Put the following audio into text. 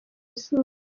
izuba